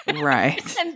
Right